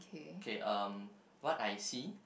kay um what I see